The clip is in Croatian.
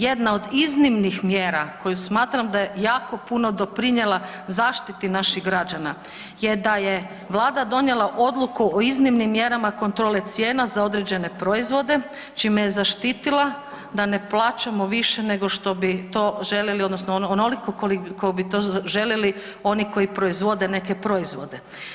Jedna od iznimnih mjera koju smatram da je jako puno doprinjela zaštiti naših građana je da je vlada donijela odluku o iznimnim mjerama kontrole cijena za određene proizvode čime je zaštitila da ne plaćamo više nego što bi to želili odnosno onoliko koliko bi to želili oni koji proizvode neke proizvode.